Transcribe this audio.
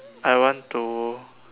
I want to